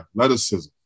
athleticism